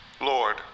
Lord